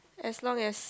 as long as